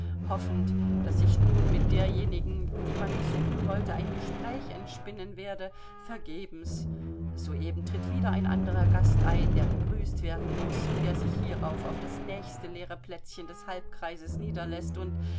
hoffend daß sich nun mit derjenigen die man besuchen wollte ein gespräch entspinnen werde vergebens soeben tritt wieder ein anderer gast ein der begrüßt werden muß und der sich hierauf auf das nächste leere plätzchen des halbkreises niederläßt und